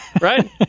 right